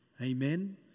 Amen